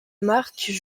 marques